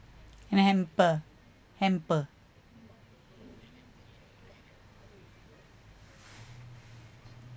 and a hamper hamper